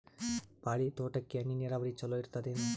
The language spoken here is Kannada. ಬಾಳಿ ತೋಟಕ್ಕ ಹನಿ ನೀರಾವರಿ ಚಲೋ ಇರತದೇನು?